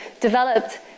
developed